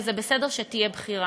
וזה בסדר שתהיה בחירה.